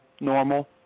normal